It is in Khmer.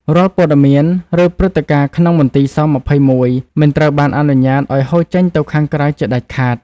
រាល់ព័ត៌មាន ឬព្រឹត្តិការណ៍ក្នុងមន្ទីរស-២១ មិនត្រូវបានអនុញ្ញាតឱ្យហូរចេញទៅខាងក្រៅជាដាច់ខាត។